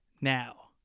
now